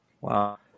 Wow